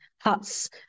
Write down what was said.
huts